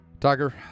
Tiger